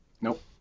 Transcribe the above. Nope